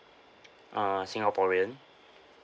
uh singaporean